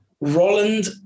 Roland